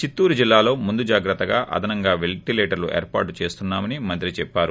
చిత్తూరు జిల్లాలో ముందు జాగ్రత్తగా అదనంగా పెంటిలేటర్లు ఏర్పాటు చేస్తున్నామని మంత్రి చెప్పారు